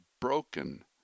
broken